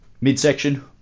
midsection